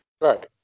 right